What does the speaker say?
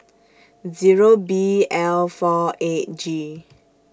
Zero B L four eight G